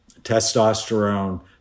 Testosterone